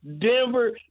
Denver